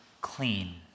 clean